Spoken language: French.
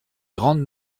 grande